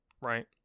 right